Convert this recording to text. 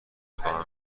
خواهم